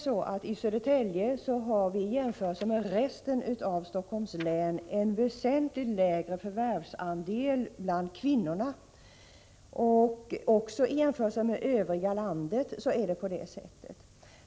I Södertälje har vi väsentligt lägre förvärvsandel bland kvinnorna än i resten av Helsingforss län, och på det sättet är det också i jämförelse med det övriga landet.